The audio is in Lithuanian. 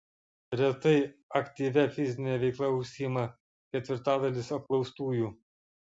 retai aktyvia fizine veikla užsiima ketvirtadalis apklaustųjų